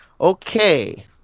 Okay